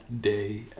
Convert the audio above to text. day